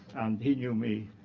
he knew me.